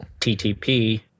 TTP